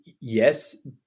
yes